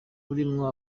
urimwo